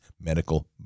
medical